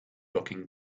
locking